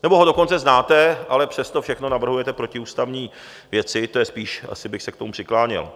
Nebo ho dokonce znáte, ale přes to všechno navrhujete protiústavní věci, to je spíš, asi bych se k tomu přikláněl.